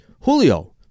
Julio